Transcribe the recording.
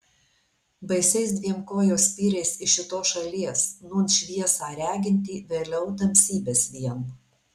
baisiais dviem kojos spyriais iš šitos šalies nūn šviesą regintį vėliau tamsybes vien